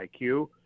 IQ